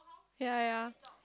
ye ye